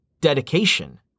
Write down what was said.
dedication